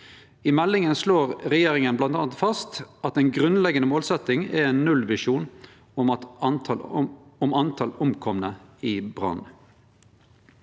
I meldinga slår regjeringa bl.a. fast at ei grunnleggjande målsetjing er ein nullvisjon om antal omkomne i brann.